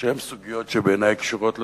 שהם סוגיות שבעיני קשורות לתקציב.